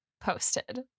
posted